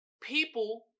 People